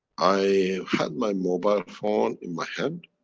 i had my mobile phone in my hand,